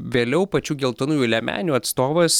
vėliau pačių geltonųjų liemenių atstovas